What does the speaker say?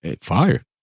Fire